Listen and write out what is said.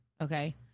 Okay